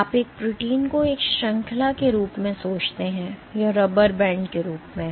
तो आप एक प्रोटीन को एक श्रृंखला के रूप में सोचते हैं यह रबर बैंड के रूप में